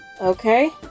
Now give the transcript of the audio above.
Okay